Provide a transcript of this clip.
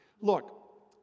look